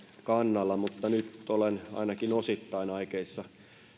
kannalla mutta nyt olen ainakin osittain aikeissa